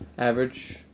Average